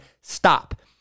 stop